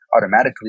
automatically